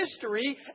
history